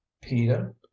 Peter